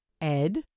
Ed